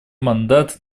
мандат